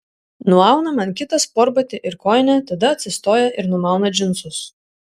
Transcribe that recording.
nuauna man kitą sportbatį ir kojinę tada atsistoja ir numauna džinsus